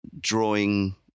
drawing